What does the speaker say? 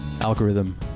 algorithm